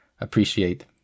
appreciate